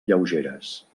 lleugeres